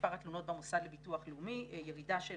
במספר התלונות במוסד לביטוח לאומי, ירידה של